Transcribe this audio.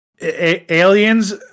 aliens